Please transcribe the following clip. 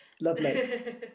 Lovely